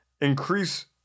Increase